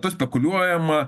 tuo spekuliuojama